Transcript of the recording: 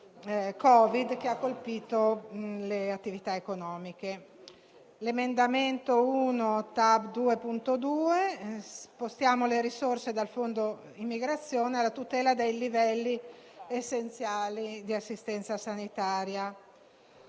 che ha colpito le attività economiche. L'emendamento 1.Tab.2.2 propone di spostare risorse dal fondo immigrazione alla tutela dei livelli essenziali di assistenza sanitaria.